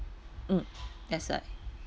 mm that's right